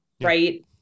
Right